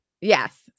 yes